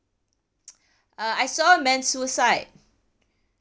uh I saw a man suicide